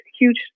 huge